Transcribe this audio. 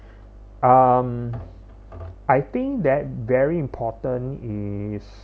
um I think that very important is